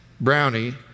brownie